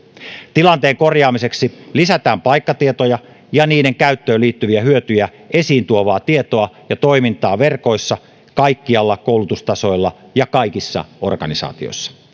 tilanteen korjaamiseksi lisätään paikkatietoja ja niiden käyttöön liittyviä hyötyjä esiin tuovaa tietoa ja toimintaa verkostoissa kaikilla koulutustasoilla ja kaikissa organisaatioissa